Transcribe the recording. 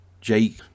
Jake